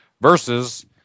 versus